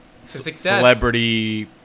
celebrity